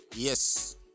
yes